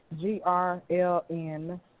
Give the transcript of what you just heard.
G-R-L-N